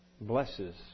blesses